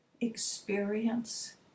experience